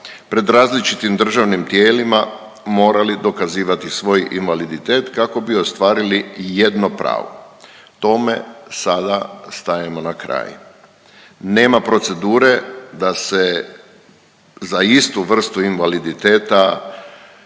pred različitim državnim tijelima morali dokazivati svoj invaliditet kako bi ostvarili ijedno pravo, tome sada stajemo na kraj. Nema procedure da se za istu vrstu invaliditeta